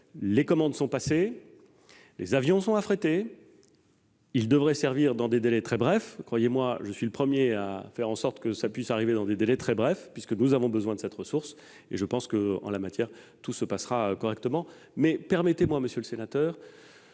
les commandes sont passées, les avions sont affrétés et ils devraient servir dans des délais très brefs. Croyez-moi, je suis le premier à faire en sorte que cela se passe ainsi, puisque nous avons besoin de cette ressource. Je pense que tout se passera correctement, mais permettez-moi, monsieur le sénateur,